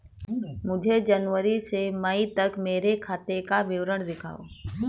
मुझे जनवरी से मई तक मेरे खाते का विवरण दिखाओ?